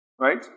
Right